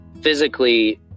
physically